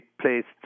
placed